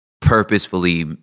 purposefully